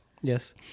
Yes